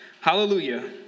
Hallelujah